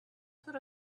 sort